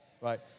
Right